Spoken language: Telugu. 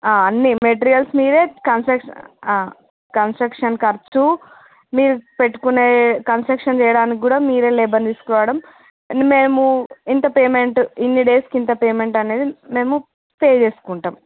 అన్ని మెటీరియల్స్ మీరే కన్స్ట్రక్షన్ కన్స్ట్రక్షన్ ఖర్చు మీరు పెట్టుకునే కన్స్ట్రక్షన్ చేయడానికి కూడ మీరే లేబర్ని తీసుకురావడం మేము ఇంత పేమెంట్ ఇన్ని డేసుకి ఇంత పేమెంట్ అనేది మేము పే చేసుకుంటాం